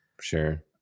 sure